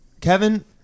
Kevin